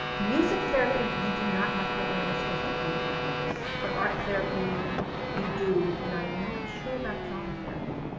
music therapy, you do not have to have a masters degree to practice, but art therapy you do and i'm not sure about drama therapy